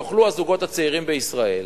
יוכלו הזוגות הצעירים בישראל